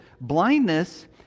blindness